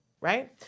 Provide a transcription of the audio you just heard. Right